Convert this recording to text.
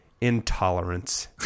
intolerance